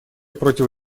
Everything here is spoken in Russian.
против